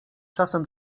czasem